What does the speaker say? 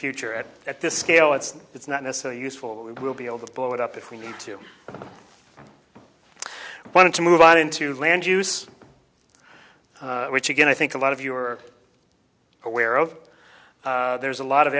future and at this scale it's it's not necessary useful we will be able to blow it up if we need to want to move on into land use which again i think a lot of you are aware of there's a lot of